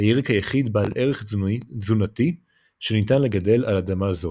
הירק היחיד בעל ערך תזונתי שניתן לגדל על אדמה זו.